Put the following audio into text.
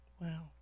Wow